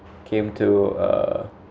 came to uh